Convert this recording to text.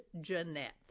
Jeanette